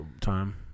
time